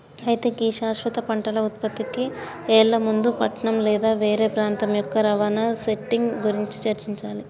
అయితే గీ శాశ్వత పంటల ఉత్పత్తికి ఎళ్లే ముందు పట్నం లేదా వేరే ప్రాంతం యొక్క రవాణా సెట్టింగ్ గురించి చర్చించాలి